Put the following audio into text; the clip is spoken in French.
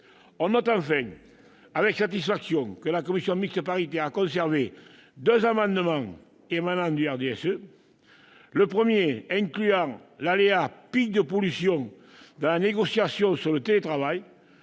nous notons avec satisfaction que la commission mixte paritaire a conservé deux amendements émanant du RDSE, le premier incluant l'aléa inhérent aux pics de pollution dans la négociation sur le télétravail,